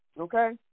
Okay